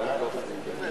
באמת,